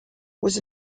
was